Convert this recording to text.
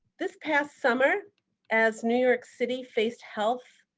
this past summer as new york city faced health,